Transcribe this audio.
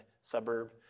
suburb